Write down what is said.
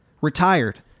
retired